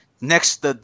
Next